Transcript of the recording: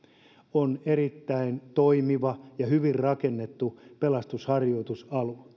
on erittäin toimiva ja hyvin rakennettu pelastusharjoitusalue